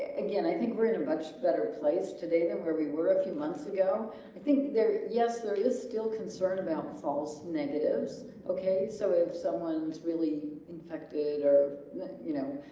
again i think we're in a much better place today than where we were a few months ago i think there. yes there is still concern about false negatives okay so if someone was really infected or you know